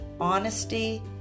honesty